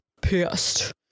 pissed